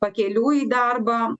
pakeliui į darbą